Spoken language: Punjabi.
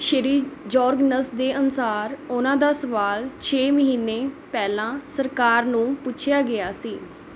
ਸ਼੍ਰੀ ਜੌਰਗਨਸ ਦੇ ਅਨੁਸਾਰ ਉਨ੍ਹਾਂ ਦਾ ਸਵਾਲ ਛੇ ਮਹੀਨੇ ਪਹਿਲਾਂ ਸਰਕਾਰ ਨੂੰ ਪੁੱਛਿਆ ਗਿਆ ਸੀ